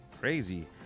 crazy